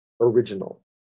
original